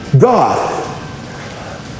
God